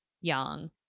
young